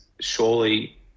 Surely